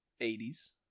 80s